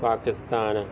Pakistan